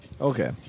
Okay